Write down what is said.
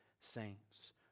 saints